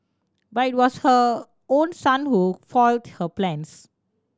but it was her own son who foiled her plans